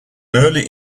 early